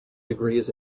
degrees